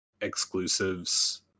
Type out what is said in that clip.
exclusives